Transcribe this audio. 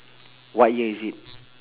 what year is it